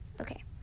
Okay